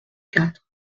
quatre